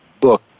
book